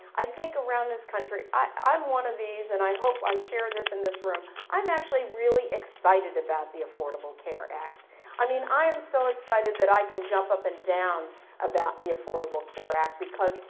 i think around this country, i'm one of these and i hope i share this in this room i'm actually really excited about the affordable care act i mean i am so excited that i could jump up and down about the affordable care act because,